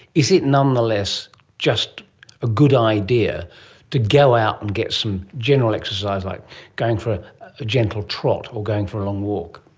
is it nonetheless just a good idea to go out and get some general exercise, like going for a gentle trot of going for a long walk?